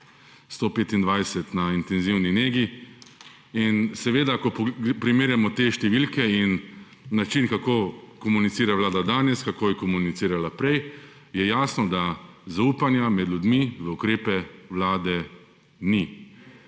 125 na intenzivni negi. Seveda, ko primerjamo te številke in način, kako komunicira vlada danes, kako je komunicirala prej, je jasno, da zaupanja med ljudmi v ukrepe vlade ni.